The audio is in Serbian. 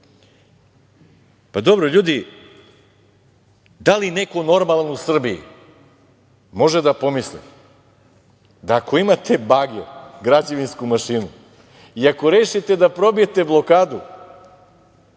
Pa, dobro ljudi, da li neko normalan u Srbiji može da pomisli da ako imate bager, građevinsku mašinu, i ako rešite da probijete blokadu,